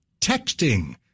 texting